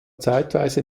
zeitweise